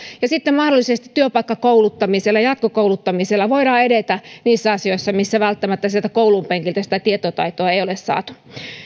ja sitten mahdollisesti työpaikkakouluttamisella jatkokouluttamisella voidaan edetä niissä asioissa missä välttämättä sieltä koulun penkiltä sitä tietotaitoa ei ole